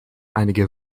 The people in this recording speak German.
einige